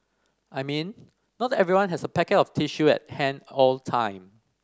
I mean not everyone has a packet of tissue at hand all the time